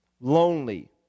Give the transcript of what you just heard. lonely